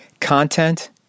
content